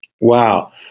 Wow